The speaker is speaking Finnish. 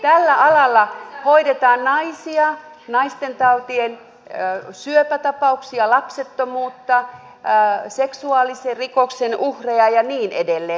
tällä alalla hoidetaan naisia naistentautien syöpätapauksia lapsettomuutta seksuaalirikoksen uhreja ja niin edelleen